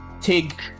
tig